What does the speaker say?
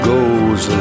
Goes